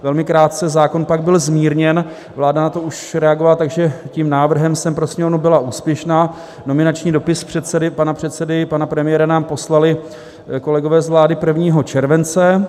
Velmi krátce zákon pak byl zmírněn, vláda na to už reagovala, takže tím návrhem sem pro Sněmovnu byla úspěšná, nominační dopis předsedy pana předsedy, pana premiéra nám poslali kolegové z vlády 1. července.